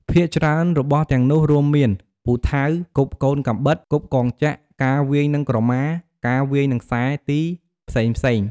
ភាគច្រើនរបស់ទាំងនោះរួមមាន ពូថៅ គប់កូនកាំបិត គប់កងចក្រ ការវាយនិងក្រម៉ា ការវាយនិងខ្សែរទី ផ្សេងៗ ។